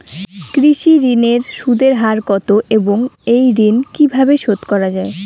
কৃষি ঋণের সুদের হার কত এবং এই ঋণ কীভাবে শোধ করা য়ায়?